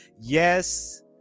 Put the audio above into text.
yes